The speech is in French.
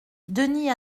denis